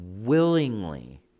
willingly